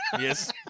Yes